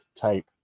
type